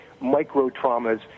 micro-traumas